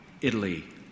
Italy